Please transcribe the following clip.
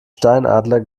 steinadler